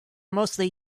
mostly